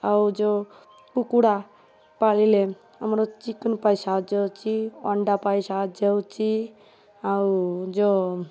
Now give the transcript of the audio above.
ଆଉ ଯେଉଁ କୁକୁଡ଼ା ପାଳିଲେ ଆମର ଚିକନ୍ ପାଇଁ ସାହାଯ୍ୟ ଅଛି ଅଣ୍ଡା ପାଇଁ ସାହାଯ୍ୟ ହେଉଛି ଆଉ ଯେଉଁ